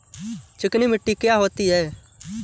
चिकनी मिट्टी क्या होती है?